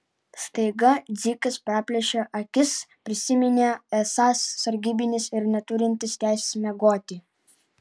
staiga dzikas praplėšė akis prisiminė esąs sargybinis ir neturintis teisės miegoti